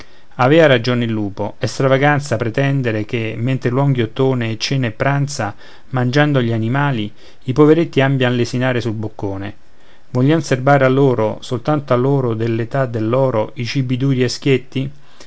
avea ragione il lupo è stravaganza pretendere che mentre l'uom ghiottone e cena e pranza mangiando gli animali i poveretti abbiano a lesinare sul boccone vogliam serbare a loro soltanto a loro dell'età dell'oro i cibi duri e schietti